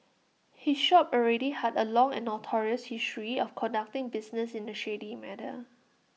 his shop already had A long and notorious history of conducting business in A shady manner